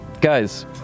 Guys